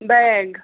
bag